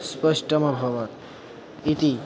स्पष्टमभवत् इति